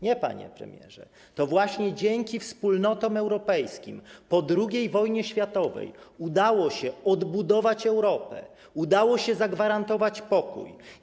Nie, panie premierze, to właśnie dzięki Wspólnotom Europejskim po II wojnie światowej udało się odbudować Europę, udało się zagwarantować pokój.